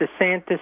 DeSantis